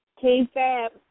K-Fab